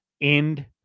end